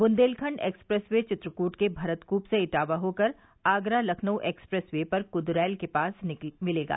Bundelkhand expressway Chitrakoot के भरतकूप से इटावा होकर आगरा लखनऊ एक्सप्रेस वे पर कुंदरैल के पास मिलेगा